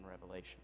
revelation